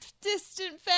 Distant